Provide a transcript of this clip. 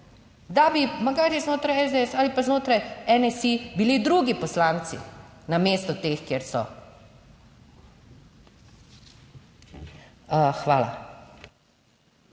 da bi magari znotraj SDS ali pa znotraj NSi bili drugi poslanci namesto teh, kjer so. Hvala.